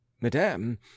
Madame